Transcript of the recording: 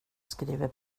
skriver